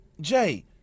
Jay